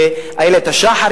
באיילת-השחר,